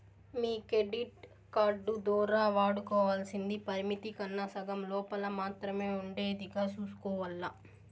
మీ credit card దోరా వాడుకోవల్సింది పరిమితి కన్నా సగం లోపల మాత్రమే ఉండేదిగా సూసుకోవాల్ల